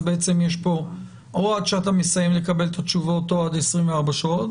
בעצם זה או עד שאתה מסיים לקבל את התשובות או עד 24 שעות.